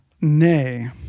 nay